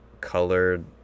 colored